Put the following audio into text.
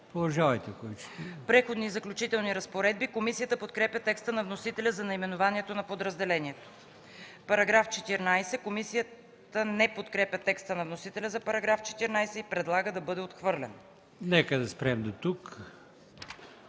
„Преходни и заключителни разпоредби”. Комисията подкрепя текста на вносителя за наименованието на подразделението. Комисията не подкрепя текста на вносителя за § 14 и предлага да бъде отхвърлен. ПРЕДСЕДАТЕЛ